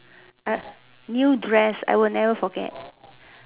A new dress I'll never forget